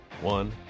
one